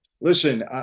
Listen